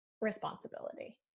responsibility